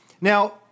Now